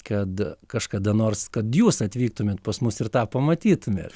kad kažkada nors kad jūs atvyktumėt pas mus ir tą pamatytumėt